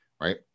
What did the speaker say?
right